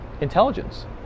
intelligence